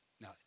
Now